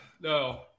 No